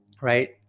right